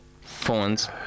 Phones